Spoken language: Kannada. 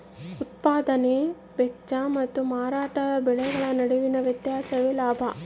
ಉತ್ಪದಾನೆ ವೆಚ್ಚ ಮತ್ತು ಮಾರಾಟದ ಬೆಲೆಗಳ ನಡುವಿನ ವ್ಯತ್ಯಾಸವೇ ಲಾಭ